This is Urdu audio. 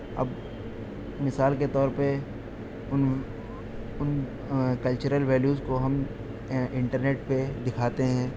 اب مثال کے طور پہ ان ان کلچرل ویلیوز کو ہم انٹرنیٹ پہ دکھاتے ہیں